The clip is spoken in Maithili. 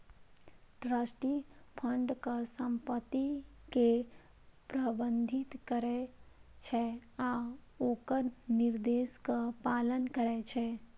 ट्रस्टी फंडक संपत्ति कें प्रबंधित करै छै आ ओकर निर्देशक पालन करै छै